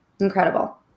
incredible